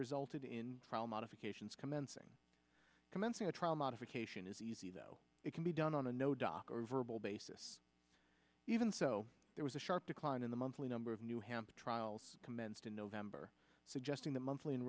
resulted in probably modifications commencing commencing a trial modification is easy though it can be done on a no doc or verbal basis even so there was a sharp decline in the monthly number of new hampshire trials commenced in november suggesting that monthly